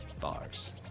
Bars